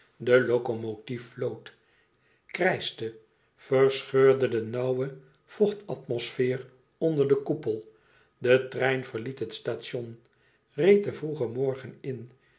de locomotief floot krijschte verscheurde de nauwe vochtatmosfeer onder den koepel de trein verliet het station reed den vroegen morgen in